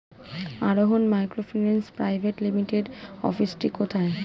আরোহন microfinance private লিমিটেডের অফিসটি কোথায়?